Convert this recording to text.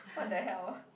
!what the hell!